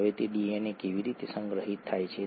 અને આ ડીએનએ માટેનું આધાર એકમ છે